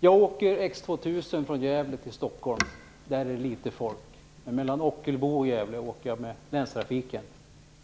Jag åker X 2000 från Gävle till Stockholm. Där är det litet folk. Mellan Ockelbo och Gävle åker jag med länstrafiken.